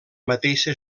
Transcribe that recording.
mateixa